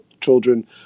children